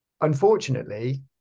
unfortunately